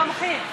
תומכים.